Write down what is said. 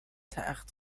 تخت